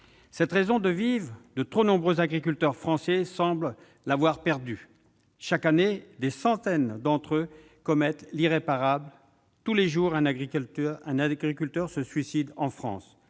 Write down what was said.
Cette raison de vivre, de trop nombreux agriculteurs français semblent l'avoir perdue. Chaque année, des centaines d'entre eux commettent l'irréparable. Tous les jours, un agriculteur se suicide en France ;